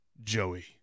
Joey